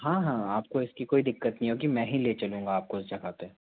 हाँ हाँ आपको इसकी कोई दिक्कत नहीं होगी मैं ही ले चलूँगा आपको उस जगह पे